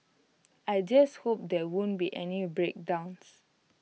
I just hope there won't be any breakdowns